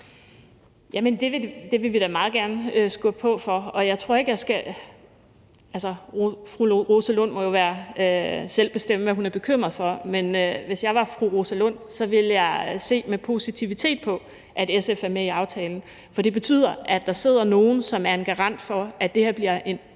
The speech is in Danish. Det vil vi da meget gerne skubbe på for. Fru Rosa Lund må jo selv bestemme, hvad hun er bekymret for, men hvis jeg var fru Rosa Lund, ville jeg se med positivitet på, at SF er med i aftalen, for det betyder, at der sidder nogle, som er en garant for, at det her bliver en